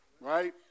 right